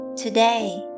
today